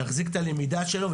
להחזיק את הלמידה שלו,